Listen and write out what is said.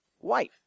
wife